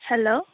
hello